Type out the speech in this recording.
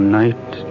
night